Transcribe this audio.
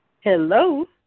Hello